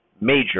major